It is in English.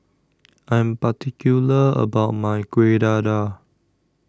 I Am particular about My Kuih Dadar